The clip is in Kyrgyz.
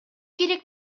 керек